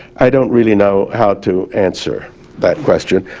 i don't really know how to answer that question.